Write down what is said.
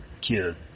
kid